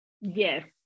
Yes